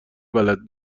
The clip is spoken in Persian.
بلد